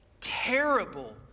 terrible